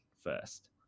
first